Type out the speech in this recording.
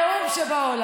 לא, אחלה.